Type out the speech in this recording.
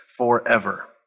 forever